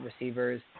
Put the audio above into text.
receivers